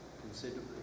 considerably